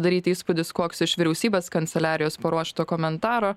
daryti įspūdis koks iš vyriausybės kanceliarijos paruošto komentaro